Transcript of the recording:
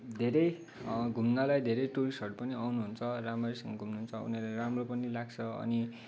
धेरै घुम्नलाई धेरै टुरिस्टहरू पनि आउनुहुन्छ राम्रैसँग घुम्नुहुन्छ उनीहरूलाई राम्रो पनि लाग्छ अनि